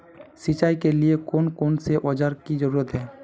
सिंचाई के लिए कौन कौन से औजार की जरूरत है?